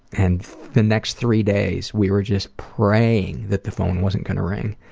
and the next three days we were just praying that the phone wasn't going to ring,